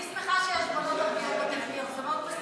אני שמחה שיש, זה מאוד משמח